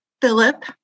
Philip